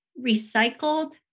recycled